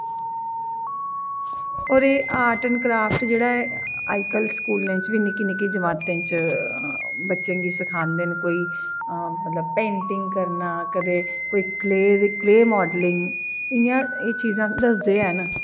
होर एह् art and craft जेह्ड़ा ऐ अज्ज कल स्कूलें च बी निक्के निक्के जमातें च बच्चे गी सिखांदे न कोई मतलब पेंटिंग करना कदें कोई क्ले दे क्ले माॅडलिंग इ'यां एह् चीजां दसदे हैन